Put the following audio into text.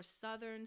southern